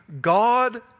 God